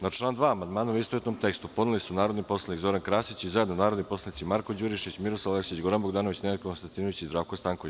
Na član 2. amandmane, u istovetnom tekstu, podneli su narodni poslanici Zoran Krasić i zajedno narodni poslanici Marko Đurišić, Miroslav Aleksić, Goran Bogdanović, Nenad Konstantinović i Zdravko Stanković.